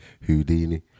Houdini